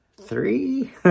three